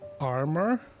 armor